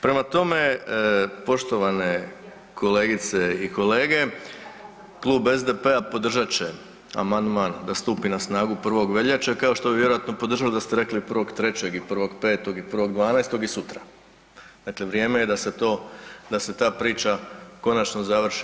Prema tome, poštovane kolegice i kolege klub SDP-a podržat će amandman da stupi na snagu 1. veljače kao što bi vjerojatno podržali da ste rekli 1.3. i 1.5. i 1.12. i sutra, dakle vrijeme je da se ta priča konačno završi.